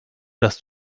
das